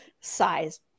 size